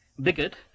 bigot